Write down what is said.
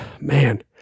man